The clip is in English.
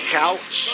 couch